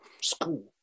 school